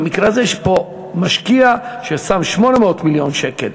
במקרה הזה יש פה משקיע ששם 800 מיליון שקל.